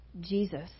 Jesus